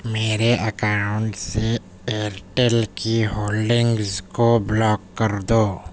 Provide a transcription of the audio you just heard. میرے اکاؤنٹ سے ایرٹیل کی ہولڈنگز کو بلاک کر دو